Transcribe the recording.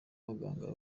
baganga